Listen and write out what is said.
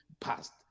past